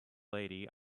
lady